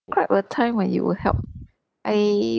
describe a time when you were helped I